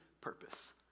purpose